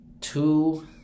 two